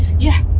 yeah,